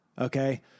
okay